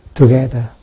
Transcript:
together